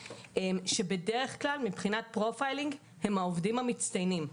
שבדרך כלל מבחינת פרופיל הם העובדים מצטיינים,